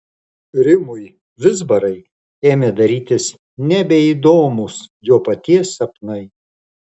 rimui vizbarai ėmė darytis nebeįdomūs jo paties sapnai